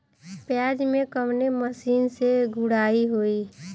प्याज में कवने मशीन से गुड़ाई होई?